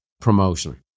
promotion